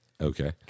Okay